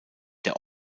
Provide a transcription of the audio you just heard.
der